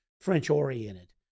French-oriented